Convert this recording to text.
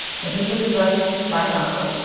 when he was invited by an uncle,